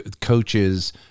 coaches